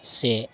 ᱥᱮ